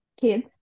kids